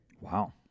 Wow